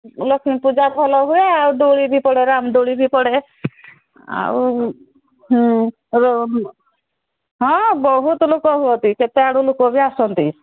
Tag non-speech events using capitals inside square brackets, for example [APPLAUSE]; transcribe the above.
ଲକ୍ଷ୍ମୀ ପୂଜା ଭଲ ହୁଏ ଆଉ ଦୋଳି ବି ପଡ଼େ ରାମଦୋଳି ବି ପଡ଼େ ଆଉ ହୁଁ [UNINTELLIGIBLE] ହଁ ବହୁତ ଲୋକ ହୁଅନ୍ତି କେତେ ଆଡ଼ୁ ଲୋକ ବି ଆସନ୍ତି